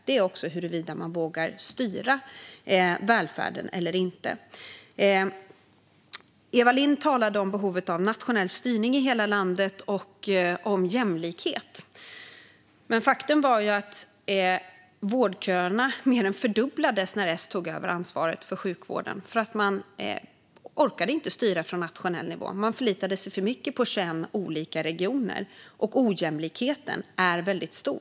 Det är också huruvida man vågar styra välfärden eller inte. Eva Lindh talade om behovet av nationell styrning i hela landet och om jämlikhet. Faktum är att vårdköerna mer än fördubblades när S tog över ansvaret för sjukvården. De orkade inte styra från nationell nivå. De förlitade sig för mycket på 21 olika regioner. Ojämlikheten är väldigt stor.